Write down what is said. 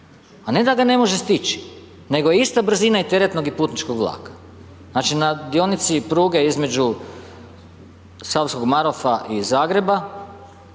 a ne da ga ne može stići, nego je ista brzina i teretnog i putničkog vlaka. Znači, na dionici pruge između Savskog Marofa i Zagreba,